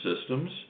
systems